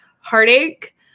heartache